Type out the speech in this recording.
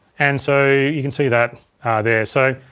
and so, you can see that there. so,